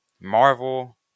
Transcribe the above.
Marvel